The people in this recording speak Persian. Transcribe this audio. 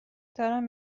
دارم